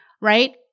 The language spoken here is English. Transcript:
right